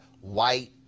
white